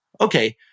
okay